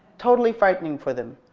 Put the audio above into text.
totally frightening for them.